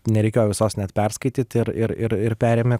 nereikėjo visos net perskaityt ir ir ir ir perėmė